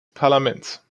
parlaments